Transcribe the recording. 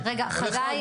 חגי,